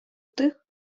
тих